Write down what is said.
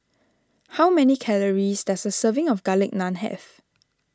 how many calories does a serving of Garlic Naan have